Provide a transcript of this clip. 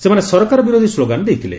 ସେମାନେ ସରକାର ବିରୋଧୀ ସ୍ଲୋଗାନ ଦେଇଥିଲେ